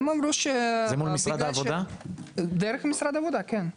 זה דרך משרד העבודה כן,